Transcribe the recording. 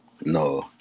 no